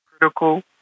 critical